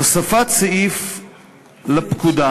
הוספת סעיף לפקודה,